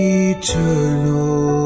eternal